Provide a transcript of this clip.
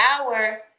hour